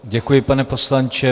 Děkuji, pane poslanče.